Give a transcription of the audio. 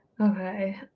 Okay